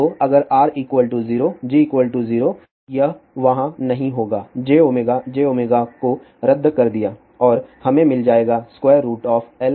तो अगर R 0 G 0 यह वहाँ नहीं होगा j j को रद्द कर दिया और हमें मिल जाएगा LC